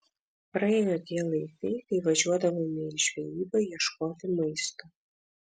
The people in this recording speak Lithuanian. praėjo tie laikai kai važiuodavome į žvejybą ieškoti maisto